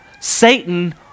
Satan